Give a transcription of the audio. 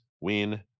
win